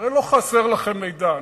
הרי לא חסר לכם מידע.